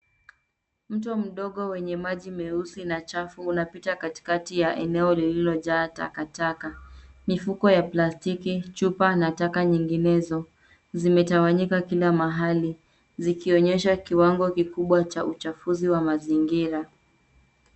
Mto mdogo wenye maji meusi na chafu unapita katikati ya eneo lililojaa takataka. Mifuko ya plastiki , chupa na taka nyinginezo zimetawanyika kila mahali . Zikionyesha kiwango kikubwa cha uchafuzi wa mazingira.